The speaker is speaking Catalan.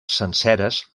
senceres